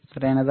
సరియైనదా